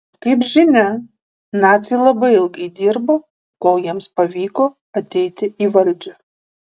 kaip žinia naciai labai ilgai dirbo kol jiems pavyko ateiti į valdžią